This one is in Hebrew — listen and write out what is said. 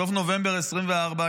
בסוף נובמבר 2024,